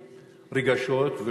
רגשות?